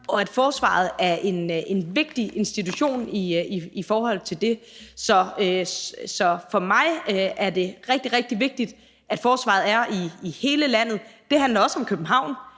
og at forsvaret er en vigtig institution i forhold til det. Så for mig er det rigtig, rigtig vigtigt, at forsvaret er i hele landet. Det handler også om København,